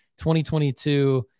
2022